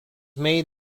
made